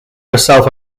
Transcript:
herself